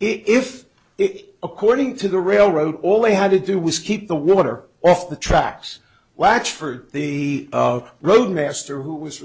if it according to the railroad all they had to do was keep the water off the tracks watch for the of road master who was